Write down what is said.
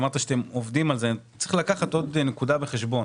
אמרת שאתם עובדים על זה יש לקחת עוד נקודה בחשבון